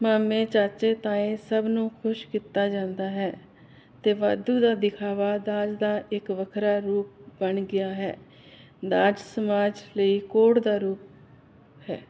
ਮਾਮੇ ਚਾਚੇ ਤਾਏ ਸਭ ਨੂੰ ਖੁਸ਼ ਕੀਤਾ ਜਾਂਦਾ ਹੈ ਅਤੇ ਵਾਧੂ ਦਾ ਦਿਖਾਵਾ ਦਾਜ ਦਾ ਇੱਕ ਵੱਖਰਾ ਰੂਪ ਬਣ ਗਿਆ ਹੈ ਦਾਜ ਸਮਾਜ ਲਈ ਕੋਹੜ ਦਾ ਰੂਪ ਹੈ